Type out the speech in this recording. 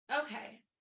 okay